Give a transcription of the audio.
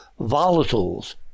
volatiles